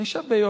אני חושב ביושר